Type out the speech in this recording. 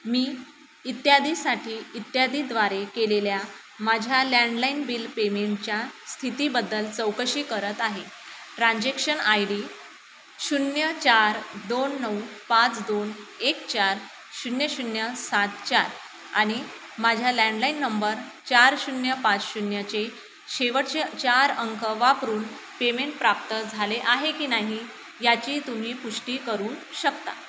मी इत्यादीसाठी इत्यादीद्वारे केलेल्या माझ्या लँडलाईन बिल पेमेंटच्या स्थितीबद्दल चौकशी करत आहे ट्रान्झेक्शन आय डी शून्य चार दोन नऊ पाच दोन एक चार शून्य शून्य सात चार आणि माझ्या लँडलाईन नंबर चार शून्य पाच शून्यचे शेवटचे चार अंक वापरून पेमेंट प्राप्त झाले आहे की नाही याची तुम्ही पुष्टी करू शकता